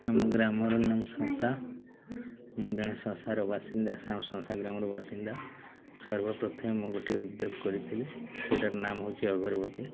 ଆମ ଗ୍ରାମର ନାମ ସଂସା ମୁଁ ଜଣେ ସଂସାର ବାସିନ୍ଦା ସଂସା ଗ୍ରାମର ବାସିନ୍ଦା ସର୍ବ ପ୍ରଥମେ ମୁଁ ଗୋଟିଏ ଉଦ୍ୟୋଗ କରିଥିଲି ସେଇଟାର ନାମ ହେଉଛି ଅଗରବତୀ